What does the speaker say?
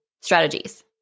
strategies